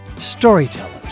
Storytellers